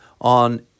on